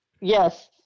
Yes